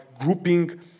grouping